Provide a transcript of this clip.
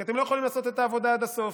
כי אתם לא יכולים לעשות את העבודה עד הסוף,